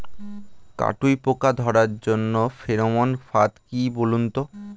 কাটুই পোকা ধরার জন্য ফেরোমন ফাদ কি বলুন তো?